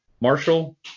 Marshall